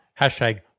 Hashtag